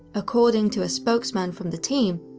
according to a spokesman from the team,